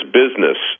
business